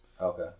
Okay